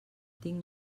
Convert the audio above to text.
tinc